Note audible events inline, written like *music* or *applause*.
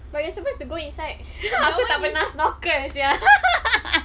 but you are supposed to go inside aku tak pernah snorkel sia *laughs*